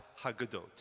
Haggadot